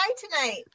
tonight